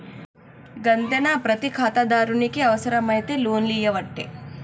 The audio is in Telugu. గంతేనా, ప్రతి ఖాతాదారునికి అవుసరమైతే లోన్లియ్యవట్టే